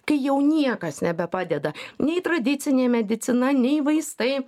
kai jau niekas nebepadeda nei tradicinė medicina nei vaistai